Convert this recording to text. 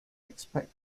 expect